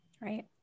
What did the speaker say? Right